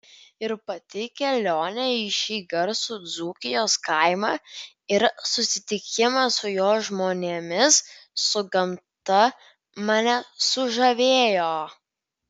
ir pati kelionė į šį garsų dzūkijos kaimą ir susitikimas su jo žmonėmis su gamta mane sužavėjo